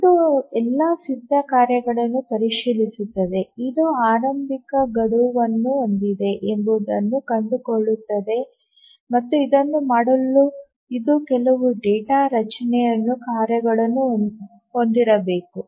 ಇದು ಎಲ್ಲಾ ಸಿದ್ಧ ಕಾರ್ಯಗಳನ್ನು ಪರಿಶೀಲಿಸುತ್ತದೆ ಇದು ಆರಂಭಿಕ ಗಡುವನ್ನು ಹೊಂದಿದೆ ಎಂಬುದನ್ನು ಕಂಡುಕೊಳ್ಳುತ್ತದೆ ಮತ್ತು ಇದನ್ನು ಮಾಡಲು ಇದು ಕೆಲವು ಡೇಟಾ ರಚನೆಯಲ್ಲಿ ಕಾರ್ಯಗಳನ್ನು ಹೊಂದಿರಬೇಕು